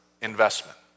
investment